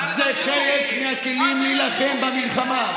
הוא חלק מהכלים להילחם במלחמה.